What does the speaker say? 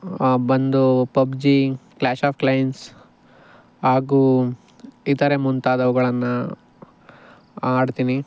ಬಂದು PUBG clash of clans ಹಾಗೂ ಇತರೆ ಮುಂತಾದವುಗಳನ್ನು ಆಡ್ತೀನಿ